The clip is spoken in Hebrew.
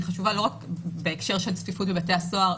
חשובה לא רק בהקשר של צפיפות בבתי הסוהר,